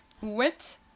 went